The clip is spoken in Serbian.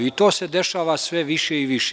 I to se dešava sve više i više.